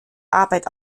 arbeit